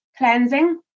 cleansing